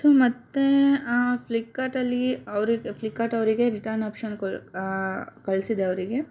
so ಮತ್ತೆ ಫ್ಲಿಕ್ಕಾರ್ಟಲ್ಲಿ ಅವ್ರಿಗೆ ಫ್ಲಿಕ್ಕಾರ್ಟ್ ಅವರಿಗೆ ರಿಟರ್ನ್ ಆಪ್ಶನ್ ಕ ಕಳಿಸಿದೆ ಅವರಿಗೆ